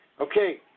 Okay